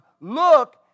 Look